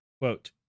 Quote